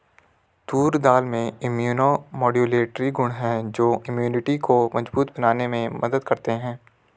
तूर दाल में immunomodulatory गुण हैं जो इम्यूनिटी को मजबूत बनाने में मदद करते है